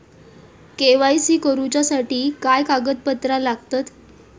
KYC करूच्यासाठी काय कागदपत्रा लागतत?